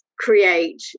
create